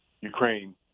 Ukraine